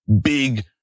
big